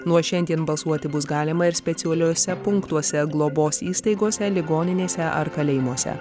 nuo šiandien balsuoti bus galima ir speciuoliuose punktuose globos įstaigose ligoninėse ar kalėjimuose